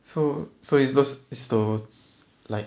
so so it's those those like